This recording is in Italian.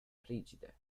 rigide